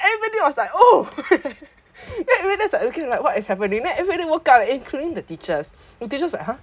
everybody was like oh everybody was like looking what is happening next everybody woke up including the teachers the teachers are like !huh!